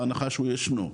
בהנחה שהוא ישנו,